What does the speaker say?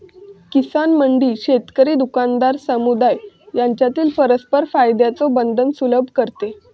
किसान मंडी शेतकरी, दुकानदार, समुदाय यांच्यातील परस्पर फायद्याचे बंधन सुलभ करते